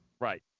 Right